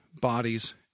bodies